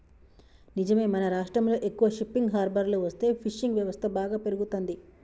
నిజమే మన రాష్ట్రంలో ఎక్కువ షిప్పింగ్ హార్బర్లు వస్తే ఫిషింగ్ వ్యవస్థ బాగా పెరుగుతంది